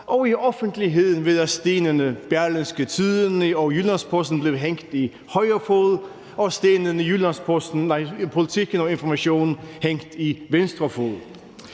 i offentligheden, ved at stenene Berlingske og Jyllands Posten blev hængt på højre fod og stenene Politiken og Information blev hængt på venstre fod?